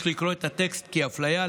יש לקרוא את הטקסט: "הפליה,